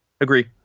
Agree